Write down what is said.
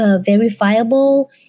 verifiable